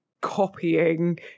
copying